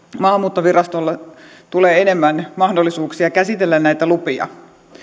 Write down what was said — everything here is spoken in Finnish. maahanmuuttovirastolle tulee enemmän mahdollisuuksia käsitellä näitä lupia